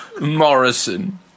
Morrison